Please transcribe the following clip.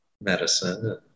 medicine